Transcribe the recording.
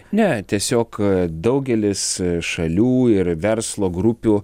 ne tiesiog daugelis šalių ir verslo grupių